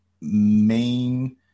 main